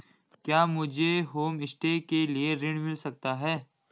क्या मुझे होमस्टे के लिए ऋण मिल सकता है?